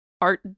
art